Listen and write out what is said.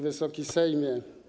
Wysoki Sejmie!